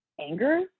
anger